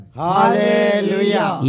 hallelujah